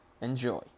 Enjoy